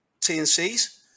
TNCs